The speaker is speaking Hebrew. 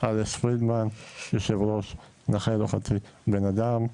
אני יושב ראש 'נכה לא חצי בן אדם'.